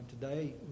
Today